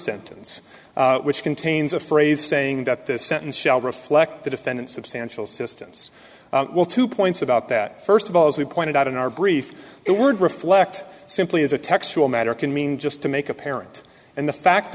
sentence which contains a phrase saying that this sentence shall reflect the defendant's substantial systems well two points about that first of all as we pointed out in our brief it would reflect simply as a textual matter can mean just to make apparent and the fact